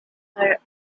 her